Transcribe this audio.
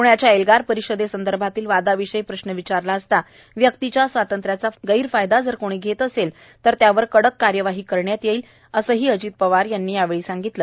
प्ण्याच्या एल्गार परिषदे संदर्भातील वादाविषयी प्रश्न विचारला असता व्यक्तीच्या स्वातंत्र्याचा गैरफायदा जर कोणी घेत असेल तर त्यावर कडक कार्यवाही करण्यात येईल असेही अजित पवार यांनी यावेळी सांगितलं